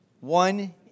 one